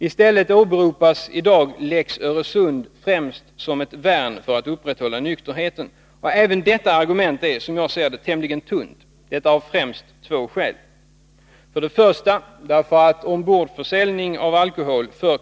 I stället åberopas i dag lex Öresund främst som ett värn för att upprätthålla nykterheten. Och även detta argument är, som jag ser det, tämligen tunt — detta främst av två skäl: 2.